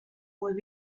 would